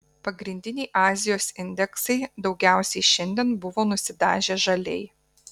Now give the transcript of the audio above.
pagrindiniai azijos indeksai daugiausiai šiandien buvo nusidažę žaliai